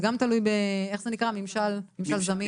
זה גם תלוי בממשל זמין.